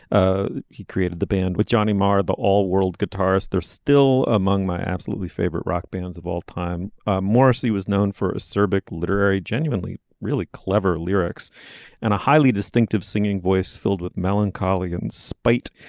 ah he created the band with johnny marr the all world guitarist. they're still among my absolutely favorite rock bands of all time morrissey was known for serbian literary genuinely really clever lyrics and a highly distinctive singing voice filled with melancholy and spite.